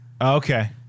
Okay